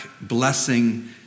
blessing